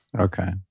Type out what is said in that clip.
Okay